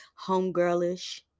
homegirlish